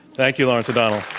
thank you, lawrence o'donnell.